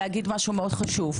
חשוב לי להגיד משהו מאוד חשוב.